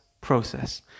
process